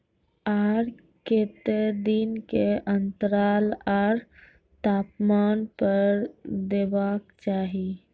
आर केते दिन के अन्तराल आर तापमान पर देबाक चाही?